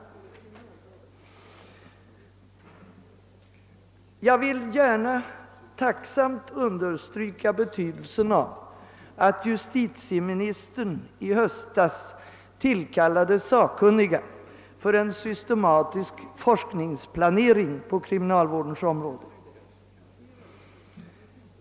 Jag vill gärna tacksamt understryka betydelsen av att justitieministern i höstas tillkallade sakkunniga för en systematisk forskningsplanering om kriminalvården.